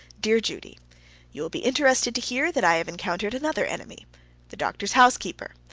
dear judy you will be interested to hear that i have encountered another enemy the doctor's housekeeper.